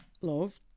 Love